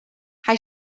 hij